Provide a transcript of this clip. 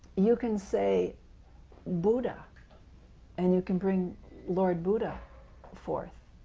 you can say buddha and you can bring lord buddha forth,